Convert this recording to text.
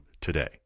today